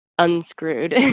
unscrewed